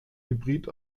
hybrid